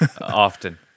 often